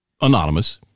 anonymous